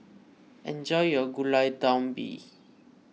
enjoy your Gulai Daun Ubi